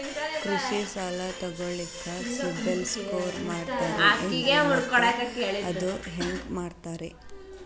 ಕೃಷಿ ಸಾಲ ತಗೋಳಿಕ್ಕೆ ಸಿಬಿಲ್ ಸ್ಕೋರ್ ನೋಡ್ತಾರೆ ಏನ್ರಿ ಮತ್ತ ಅದು ಹೆಂಗೆ ನೋಡ್ತಾರೇ?